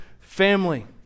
family